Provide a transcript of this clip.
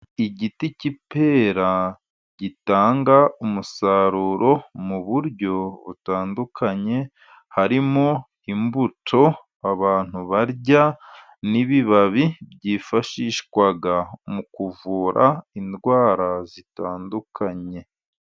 Igiti cy'ipera gitanga umusaruro mu buryo butandukanye, harimo imbuto abantu barya n'ibibabi byifashishwa mu kuvura indwara zitandukanye.